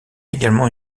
également